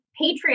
Patreon